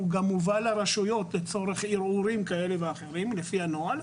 הוא גם מובא לרשויות לצורך ערעורים כאלה ואחרים לפי הנוהל,